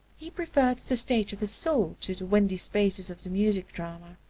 he preferred the stage of his soul to the windy spaces of the music-drama.